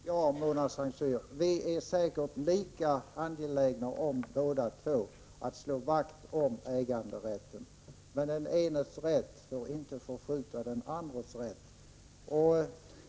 Herr talman! Ja, Mona Saint Cyr, vi är säkert lika angelägna båda två om att slå vakt om äganderätten. Men den enes rätt får inte förskjuta den andres rätt.